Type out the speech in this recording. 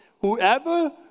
whoever